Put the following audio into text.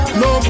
no